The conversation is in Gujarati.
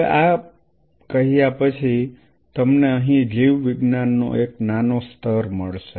હવે આ કહ્યા પછી તમને અહીં જીવવિજ્ઞાન નો એક નાનો સ્તર મળશે